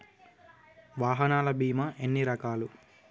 వాహనాల బీమా ఎన్ని రకాలు?